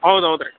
ಹೌದು ಹೌದು ರೀ